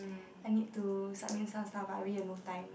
I need to submit some stuff but i really have no time